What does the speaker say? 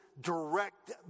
direct